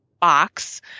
box